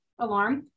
alarm